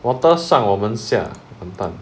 water 上我们下完蛋